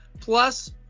plus